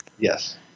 Yes